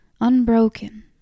unbroken